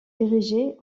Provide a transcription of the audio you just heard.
érigé